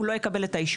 הוא לא יקבל את האישור.